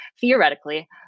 theoretically